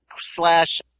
slash